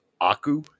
Aku